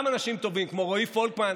גם אנשים טובים כמו רועי פולקמן,